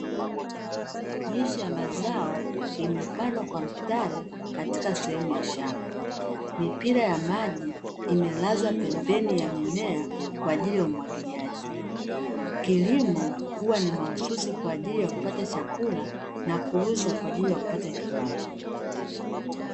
Miche ya mazao imepandwa kwa mstari katika sehemu ya shamba, mipira ya maji imelazwa pembeni ya mimea kwa ajili ya umwagiliaji. Kilimo huwa ni mahususi kwa ajili ya kupata chakula na kuuza kwa ajili ya kupata kipato.